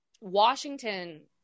Washington